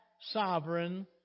sovereign